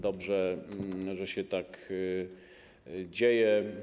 Dobrze, że się tak dzieje.